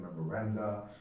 memoranda